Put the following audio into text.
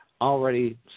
already